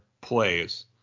plays